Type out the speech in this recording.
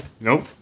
Nope